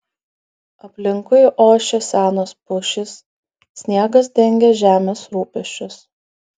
aplinkui ošė senos pušys sniegas dengė žemės rūpesčius